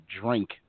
drink